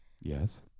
Yes